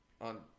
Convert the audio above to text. on